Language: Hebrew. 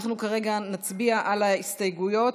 אנחנו כרגע נצביע על ההסתייגויות.